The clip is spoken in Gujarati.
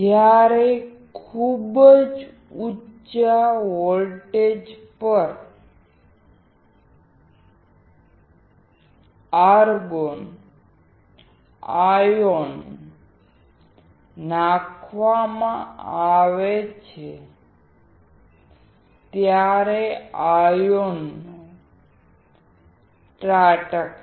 જ્યારે ખૂબ ઉંચા વોલ્ટેજ પર આર્ગોન આયોન નાખવામાં આવે છે ત્યારે આયનો ત્રાટકશે